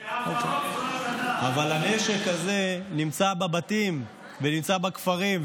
אבל הנשק הזה נמצא בבתים ונמצא בכפרים.